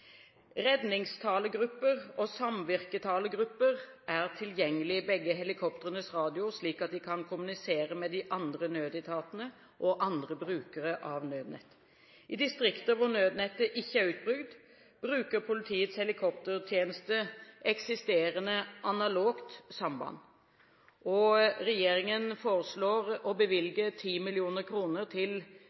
og samvirketalegrupper er tilgjengelige i begge helikoptrenes radioer, slik at de kan kommunisere med de andre nødetatene og andre brukere av nødnett. I distrikter hvor nødnettet ikke er utbygd, bruker politiets helikoptertjeneste eksisterende analogt samband. Regjeringen foreslår å bevilge 10 mill. kr til